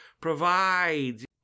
provides